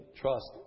trust